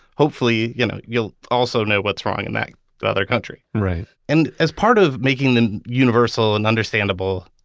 hopefully you know you'll also know what's wrong in that that other country right and as part of making them universal and understandable,